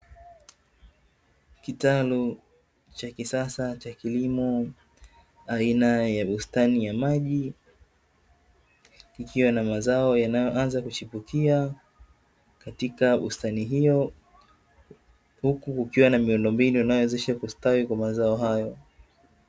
Kitalu cha kisasa cha kilimo aina ya bustani ya maji, kikiwa na mazao yanayoanza kuchipukia katika bustani hiyo, huku kukiwa na miundombinu inayowezesha kustawi kwa mazao hayo.